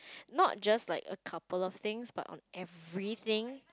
not just like a couple of things but on every things